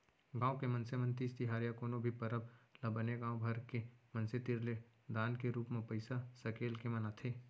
गाँव के मनसे मन तीज तिहार या कोनो भी परब ल बने गाँव भर के मनसे तीर ले दान के रूप म पइसा सकेल के मनाथे